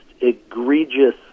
egregious